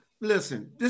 listen